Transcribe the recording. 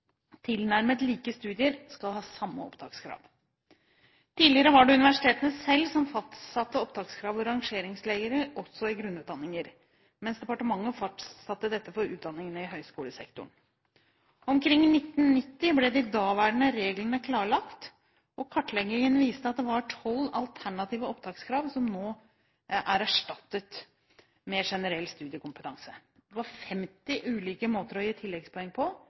Tilnærmet like studier skal ha samme opptakskrav. Tidligere var det universitetene selv som fastsatte opptakskrav og rangeringsregler også i grunnutdanninger, mens departementet fastsatte dette for utdanningene i høyskolesektoren. Omkring 1990 ble de daværende reglene kartlagt, og kartleggingen viste at det var tolv alternative opptakskrav, som nå er erstattet med generell studiekompetanse. Det var 50 ulike måter å gi tilleggspoeng på